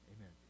Amen